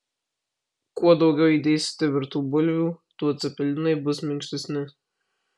kuo daugiau įdėsite virtų bulvių tuo cepelinai bus minkštesni